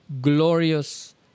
glorious